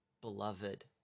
beloved